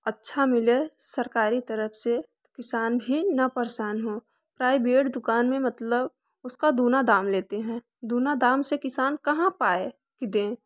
अच्छा मिले सरकारी तरफ से किसान भी ना परेशान हो प्राइभेट दुकान में मतलब उसका दूना दाम लेते हैं दूना दाम से किसान कहाँ पाए कि दें